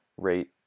rate